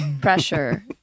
pressure